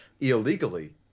illegally